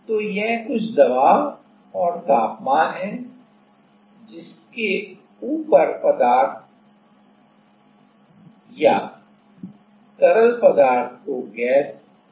तो यह कुछ दबाव और तापमान है जिसके ऊपर पदार्थ या तरल पदार्थ को गैस माना जा सकता है